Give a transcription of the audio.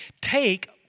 Take